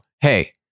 hey